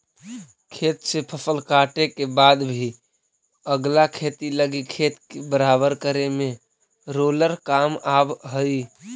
खेत से फसल काटे के बाद भी अगला खेती लगी खेत के बराबर करे में रोलर काम आवऽ हई